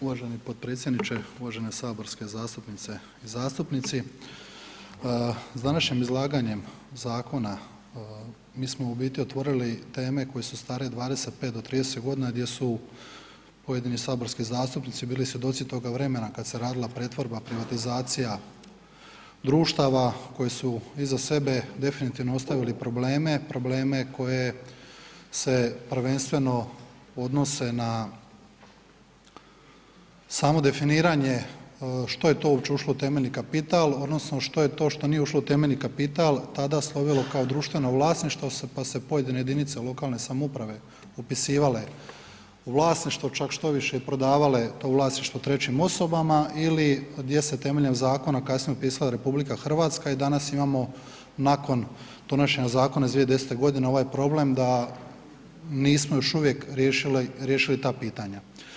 Uvaženi potpredsjedniče, uvažene saborske zastupnice i zastupnici, s današnjim izlaganjem zakona mi smo u biti otvorili teme koje su stare 25 do 30.g. gdje su pojedini saborski zastupnici bili svjedoci toga vremena kad se radila pretvorba, privatizacija društava koje su iza sebe definitivno ostavili probleme, probleme koje se prvenstveno odnose na samo definiranje što je to uopće ušlo u temeljni kapital odnosno što je to što nije ušlo u temeljni kapital tada slovilo kao društveno vlasništvo, pa su se pojedine jedinice lokalne samouprave upisivale u vlasništvo, čak štoviše i prodavale to vlasništvo trećim osobama ili gdje se temeljem zakona kasnije upisala RH i danas imamo nakon donošenja zakona iz 2010.g. ovaj problem da nismo još uvijek riješili, riješili ta pitanja.